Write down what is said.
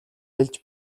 хэлж